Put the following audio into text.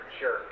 sure